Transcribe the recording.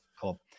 cool